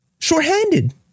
short-handed